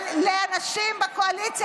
אבל לאנשים בקואליציה,